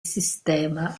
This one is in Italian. sistema